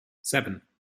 seven